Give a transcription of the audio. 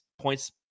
points